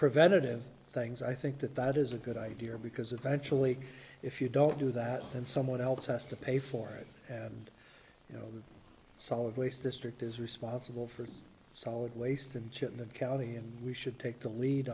preventative things i think that that is a good idea because eventually if you don't do that then someone else has to pay for it and you know solid waste district is responsible for solid waste and shit in the county and we should take the lead